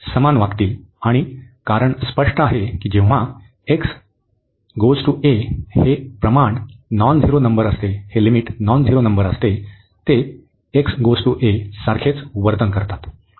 आणि कारण स्पष्ट आहे की जेव्हा हे प्रमाण नॉन झिरो नंबर असते ते सारखेच वर्तन करतात